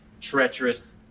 treacherous